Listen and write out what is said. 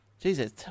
Jesus